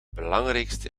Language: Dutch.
belangrijkste